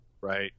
right